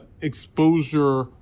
exposure